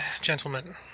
gentlemen